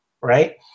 right